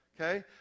Okay